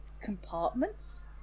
compartments